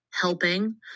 helping